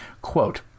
Quote